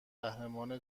قهرمان